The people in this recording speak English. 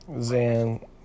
Zan